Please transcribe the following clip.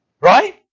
right